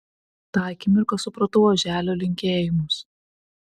tą akimirką supratau oželio linkėjimus